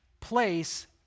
place